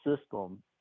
system